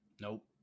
Nope